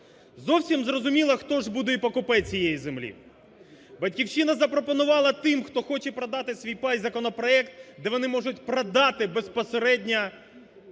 Зовсім зрозуміло, хто ж буде і покупець цієї землі. "Батьківщина" запропонувала тим, хто хоче продати свій пай, законопроект, де вони можуть продати безпосередньо